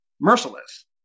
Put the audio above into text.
merciless